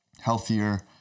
healthier